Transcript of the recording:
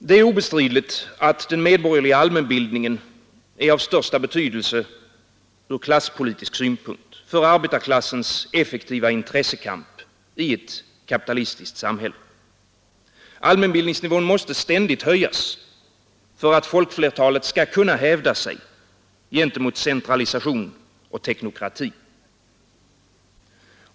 Det är obestridligt att den medborgerliga allmänbildningen är av största betydelse ur klasspolitisk synpunkt för arbetarklassens effektiva intressekamp i ett kapitalistiskt samhälle. Allmänbildningsnivån måste ständigt höjas för att folkflertalet skall kunna hävda sig gentemot centralisation och teknokrati.